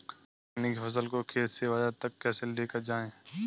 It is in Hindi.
गन्ने की फसल को खेत से बाजार तक कैसे लेकर जाएँ?